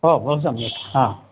ओ बहु सम्यक् हा